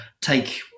take